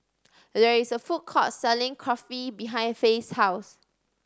there is a food court selling Kulfi behind Fae's house